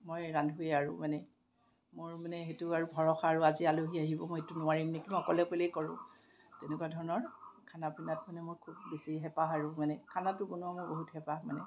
মই ৰান্ধোৱে আৰু মানে মোৰ মানে সেইটো আৰু ভৰষা আৰু আজি আলহী আহিব মই এইটো নোৱাৰিম নেকি মই অকলে অকলেই কৰোঁ তেনেকুৱা ধৰণৰ খানা বনাই বনাই খুব বেছি হেঁপাহ আৰু মানে খানাটো বনোৱা মোৰ বহুত হেঁপাহ মানে